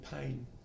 pain